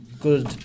good